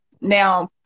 now